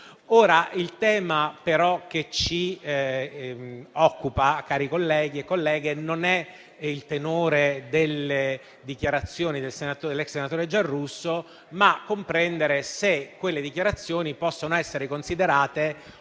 colleghi e colleghe, non è però il tenore delle dichiarazioni dell'ex senatore Giarrusso, ma è comprendere se quelle dichiarazioni possono essere considerate